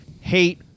hate